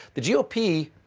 the g o p.